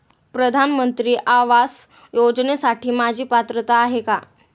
प्रधानमंत्री आवास योजनेसाठी माझी पात्रता आहे का?